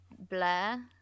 Blair